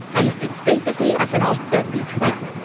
and it's basically ethanol's deadly twin.